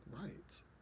rights